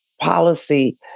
policy